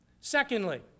Secondly